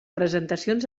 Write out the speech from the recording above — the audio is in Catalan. presentacions